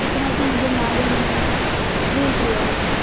اتنا تو مجھے معلوم نہیں جی جی آ جائیے